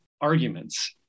arguments